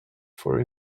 for